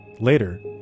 Later